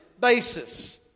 basis